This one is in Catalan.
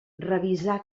revisar